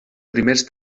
primers